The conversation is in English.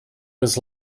was